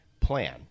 plan